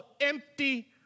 empty